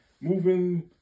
moving